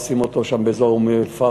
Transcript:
נשים אותו שם באזור אום-אלפחם.